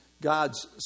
God's